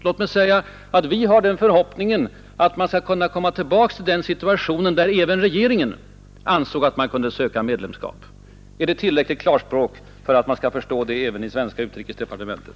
Låt mig uttrycka det så att vi har den förhoppningen att man skall kunna komma tillbaka till den situationen där även regeringen ansåg att man kunde söka medlemskap. Är detta tillräckligt klart språk för att man skall förstå det även i det svenska utrikesdepartementet?